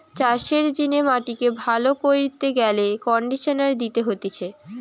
চাষের জিনে মাটিকে ভালো কইরতে গেলে কন্ডিশনার দিতে হতিছে